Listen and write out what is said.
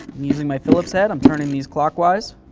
using my phillips head, i'm turning these clockwise.